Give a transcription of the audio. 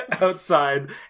outside